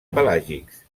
pelàgics